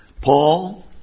Paul